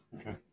Okay